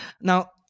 Now